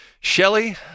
Shelly